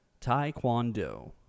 taekwondo